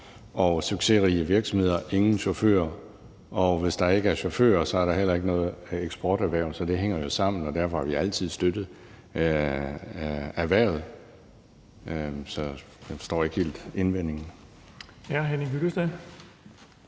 og succesrige virksomheder, ingen chauffører, og hvis der ikke er chauffører, er der heller ikke noget eksporterhverv. Så det hænger jo sammen, og derfor har vi altid støttet erhvervet, så jeg forstår ikke helt indvendingen.